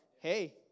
hey